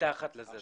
מתחת לזה.